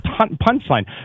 punchline